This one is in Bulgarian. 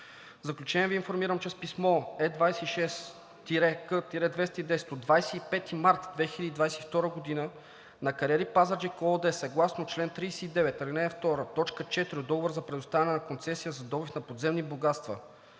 В заключение Ви информирам, че с писмо № Е-26-К-210 от 25 март 2022 г. на „Кариери Пазарджик“ ООД съгласно чл. 39, ал. 2, т. 4 от Договора за предоставяне на концесия за добив на подземни богатства,